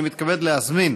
אני מתכבד להזמין